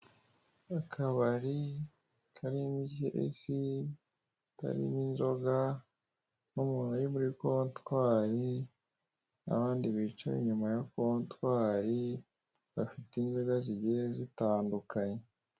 Akabari karimo icyesi, itarimo inzoga n'umuntu uri muri kontwari n'abandi bicaye inyuma ya kontwari bafite inzoga zigiye zitandukanye.